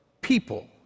people